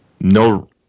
no